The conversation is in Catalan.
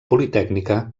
politècnica